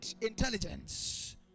intelligence